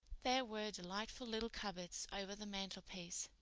there were delightful little cupboards over the mantelpiece,